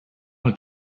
will